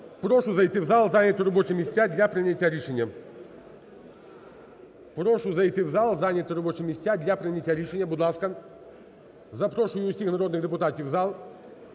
Прошу зайти в зал, зайняти робочі місця для прийняття рішення. Прошу зайти в зал, зайняти робочі місця для прийняття рішення. Будь ласка, запрошую усіх народних депутатів в зал.